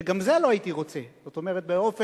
שגם זה לא הייתי רוצה, זאת אומרת באופן